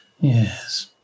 Yes